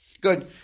Good